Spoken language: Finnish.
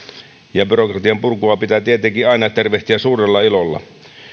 ja byrokratian purkua pitää tietenkin aina tervehtiä suurella ilolla